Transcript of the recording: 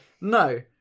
no